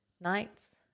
nights